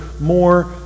more